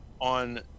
on